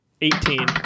Eighteen